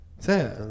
say